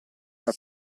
alla